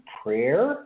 prayer